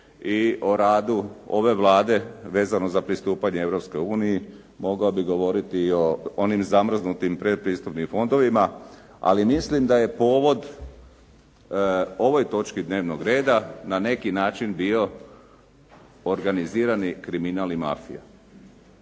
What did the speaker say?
i o radu ove Vlade vezano za pristupanje Europskoj uniji, mogao bih govoriti i o onim zamrznutim predpristupnim fondovima, ali mislim da je povod ovoj točki dnevnog reda na neki način bio organizirani kriminal i mafija.